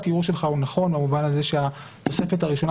הטיעון שלך הוא נכון במובן הזה שהתוספת הראשונה